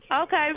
Okay